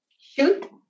shoot